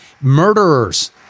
murderers